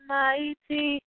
mighty